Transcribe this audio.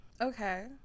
Okay